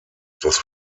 dass